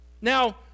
Now